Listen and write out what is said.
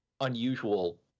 unusual